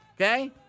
Okay